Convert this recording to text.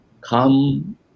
come